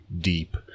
deep